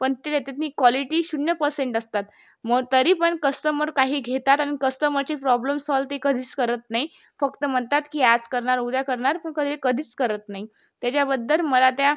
पण ते त्याच्यातली क्वालिटी शून्य पर्सेंड असतात मग तरीपण कस्समर काही घेतात आणि कस्तमरचे प्रॉब्लम सॉल्व ते कधीच करत नाही फक्त म्हणतात की आज करणार उद्या करणार पण कधी कधीच करत नाही त्याच्याबद्दल मला त्या